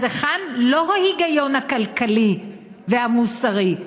אז היכן לא ההיגיון הכלכלי והמוסרי,